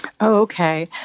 Okay